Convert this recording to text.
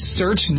search